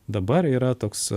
dabar yra toks